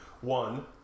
One